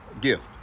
gift